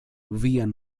vian